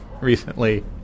recently